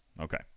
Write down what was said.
okay